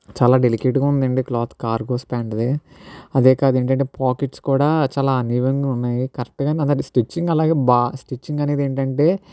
చాలా డెలికేట్ గా ఉంది క్లాత్ కార్గోస్ ప్యాంట్ ది అదే కాదు ఏంటంటే పాకెట్స్ కూడా చాలా అనీవంగా ఉన్నాయి కరెక్ట్ గానే ఉంది స్టిచ్చింగ్ అలాగే బాగా స్టిచ్చింగ్ అనేది ఏంటంటే